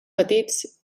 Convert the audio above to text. petits